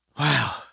Wow